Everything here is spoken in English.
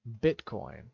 Bitcoin